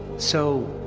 so,